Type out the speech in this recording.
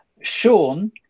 Sean